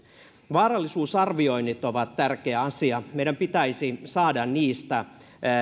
vaarallisuusarvioinnit ovat tärkeä asia meidän pitäisi saada niistä